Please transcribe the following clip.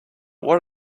what